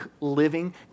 living